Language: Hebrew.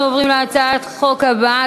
אנחנו עוברים להצעת חוק הבאה,